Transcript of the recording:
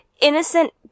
innocent